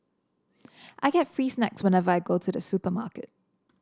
I get free snacks whenever I go to the supermarket